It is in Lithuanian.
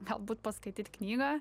galbūt paskaityt knygą